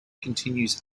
continues